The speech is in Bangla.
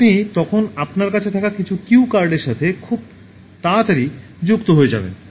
আপনি তখন আপনার কাছে থাকা কিছু কিউ কার্ডের সাথে খুব তাড়াতাড়ি যুক্ত হয়ে যাবেন